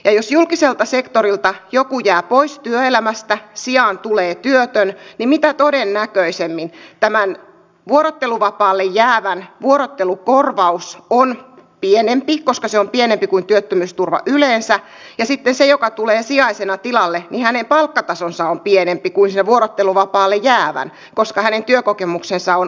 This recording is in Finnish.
ja jos julkiselta sektorilta joku jää pois työelämästä sijaan tulee työtön niin mitä todennäköisimmin tämän vuorotteluvapaalle jäävän vuorottelukorvaus on pienempi koska se on pienempi kuin työttömyysturva yleensä ja sitten hänen joka tulee sijaisena tilalle palkkatasonsa on pienempi kuin sen vuorotteluvapaalle jäävän koska hänen työkokemuksensa on ohuempi